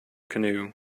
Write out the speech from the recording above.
canoe